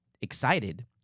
excited